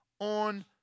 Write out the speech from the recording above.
on